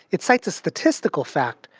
it cites a statistical fact,